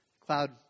cloud